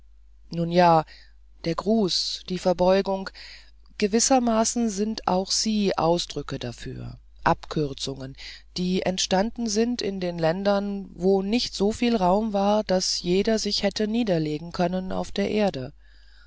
nun ja der gruß die verbeugung gewissermaßen sind auch sie ausdrücke dafür abkürzungen die entstanden sind in den ländern wo nicht soviel raum war daß jeder sich hätte niederlegen können auf der erde